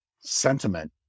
sentiment